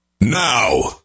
now